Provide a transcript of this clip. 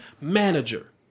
manager